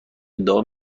ادعا